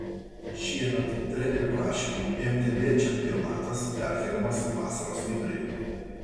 šiemet trenerių prašymų mtb čempionatas perkeliamas į vasaros vidurį